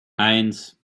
eins